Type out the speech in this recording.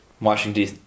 Washington